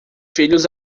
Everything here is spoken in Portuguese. filhos